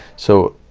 so